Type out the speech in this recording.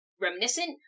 reminiscent